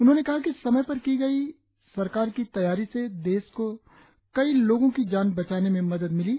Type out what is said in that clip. उन्होंने कहा कि समय पर की गई सरकार की तैयारी से देश को कई लोगों की जान बचाने में मदद मिली